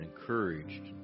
encouraged